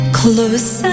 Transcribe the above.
close